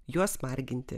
juos marginti